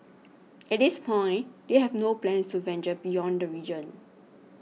at this point they have no plans to venture beyond the region